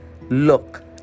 look